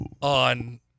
on